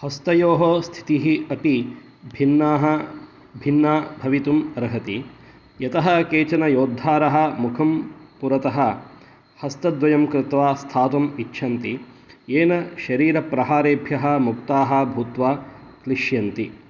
हस्तयोः स्थितिः अपि भिन्नाः भिन्ना भवितुम् अर्हति यतः केचन योद्धारः मुखं पुरतः हस्तद्वयं कृत्वा स्थातुम् इच्छन्ति येन शरीरप्रहारेभ्यः मुक्ताः भूत्वा क्लिश्यन्ति